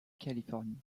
californie